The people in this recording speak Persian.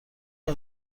نوع